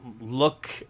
look